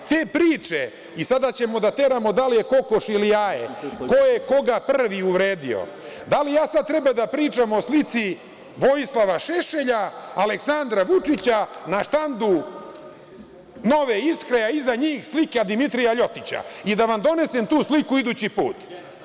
Te priče i sada ćemo da teramo da li je kokoš ili jaje, ko je koga prvi uvredio, da li ja sada treba da pričam o slici Vojislava Šešelja, Aleksandra Vučića, na štandu „Nove Iskre“ a iza njih slika Dimitrija LJotića i da vam donesem tu sliku idući put?